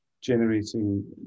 generating